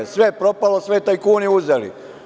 Sve je propalo, sve tajkuni uzeli.